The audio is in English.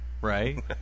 Right